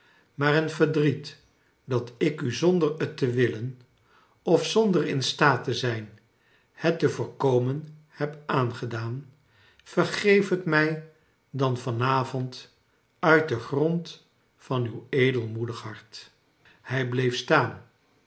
maar een verdriet dat ik u zonder het te willen of zonder in staat te zijn het te voorkomen beb aangedaan vergeef het mij dan van avond uit den grond van uw edelmoedig hart hij bleef staan